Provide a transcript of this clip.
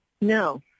No